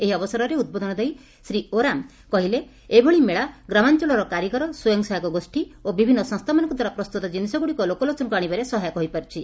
ଏହି ଅବସରରେ ଉଦ୍ବୋଧନ ଦେଇ ଶ୍ରୀ ଓରାମ କହିଲେ ଯେ ଏଭଳି ମେଳା ଦ୍ୱାରା ଗ୍ରାମାଞ୍ଞଳର କାରିଗର ସ୍ୱୟଂ ସହାୟକ ଗୋଷୀ ଏବଂ ବିଭିନ୍ନ ସଂସ୍ରାମାନଙ୍କ ଦ୍ୱାରା ପ୍ରସ୍ତୁତ ଜିନିଷ ଗୁଡିକ ଲୋକଲୋଚନକୁ ଆଶିବାରେ ସହାୟକ ହୋଇପାର୍ବଛି